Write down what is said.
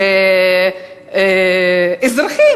אזרחים,